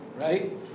Right